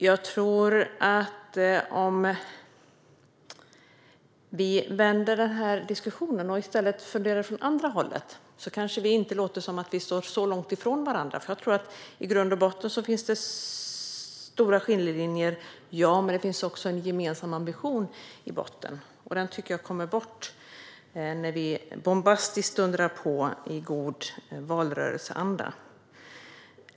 Låt oss vända denna diskussion och fundera utifrån det andra hållet. Då låter det kanske inte som att vi står så långt ifrån varandra. I grund och botten tror jag visserligen att det finns stora skiljelinjer, men det finns också en gemensam ambition. Den tycker jag kommer bort när vi bombastiskt dundrar på i god valrörelseanda.